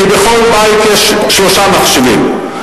כי בכל בית יש שלושה מחשבים.